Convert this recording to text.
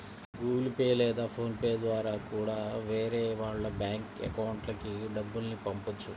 Google Pay లేదా PhonePe ద్వారా కూడా వేరే వాళ్ళ బ్యేంకు అకౌంట్లకి డబ్బుల్ని పంపొచ్చు